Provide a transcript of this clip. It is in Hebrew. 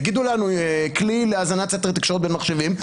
יגידו לנו: כלי להאזנת סתר תקשורת בין מחשבים,